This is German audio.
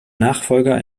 nachfolger